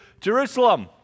Jerusalem